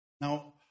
Now